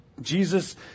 Jesus